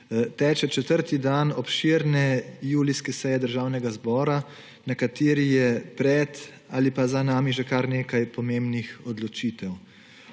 Teče četrti dan obširne julijske seje Državnega zbora, na kateri je pred ali pa za nami že kar nekaj pomembnih odločitev.